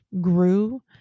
grew